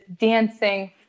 dancing